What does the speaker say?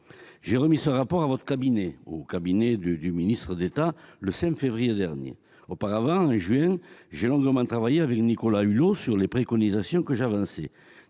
J'ai remis ce rapport au cabinet du ministre d'État, le 5 février dernier. Au mois de juin 2018, j'avais longuement travaillé avec Nicolas Hulot sur les préconisations que j'avançais.